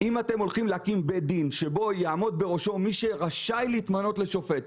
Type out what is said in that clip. אם אתם הולכים להקים בית דין שיעמוד בראשו מי שרשאי להתמנות לשופט,